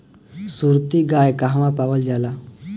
सुरती गाय कहवा पावल जाला?